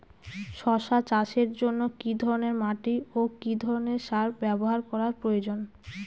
শশা চাষের জন্য কি ধরণের মাটি ও কি ধরণের সার ব্যাবহার করা প্রয়োজন?